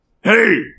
Hey